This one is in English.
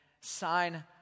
sign